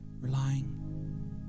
relying